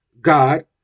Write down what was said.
God